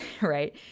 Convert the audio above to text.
right